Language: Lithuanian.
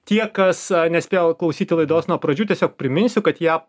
tie kas nespėjo klausyti laidos nuo pradžių tiesiog priminsiu kad ją